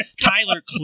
Tyler